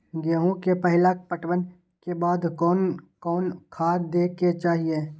गेहूं के पहला पटवन के बाद कोन कौन खाद दे के चाहिए?